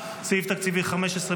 סעיף תקציבי 15,